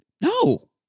no